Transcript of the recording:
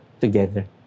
together